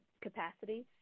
capacity